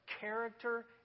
character